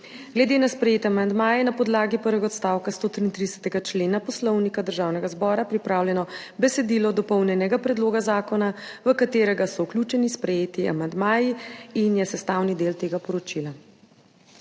Glede na sprejete amandmaje je na podlagi prvega odstavka 133. člena Poslovnika Državnega zbora pripravljeno besedilo dopolnjenega predloga zakona, v katerega so vključeni sprejeti amandmaji in je sestavni del tega poročila.